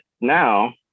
now